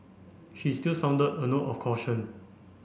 she still sounded a note of caution